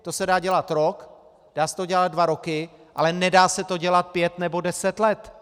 To se dá dělat rok, dá se to dělat dva roky, ale nedá se to dělat pět nebo deset let.